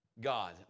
God